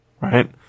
Right